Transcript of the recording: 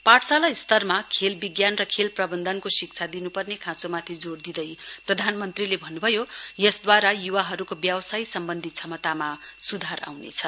पाठशाला स्तरमा खेल विज्ञान र खेल प्रब्न्धनको शिक्षा दिनुपर्ने खाँचोमाथि जोड़ दिँदै प्रधानमन्त्रीले भन्नुभयो यसद्वारा युवाहरुको व्यावसाय सम्बन्धी क्षमतामा सुधार आउनेछ